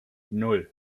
nan